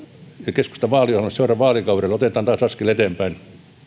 keskustan vaaliohjelmassa seuraavalle vaalikaudelle otetaan taas askel eteenpäin